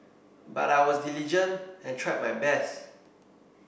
but I was diligent and tried my best